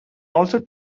also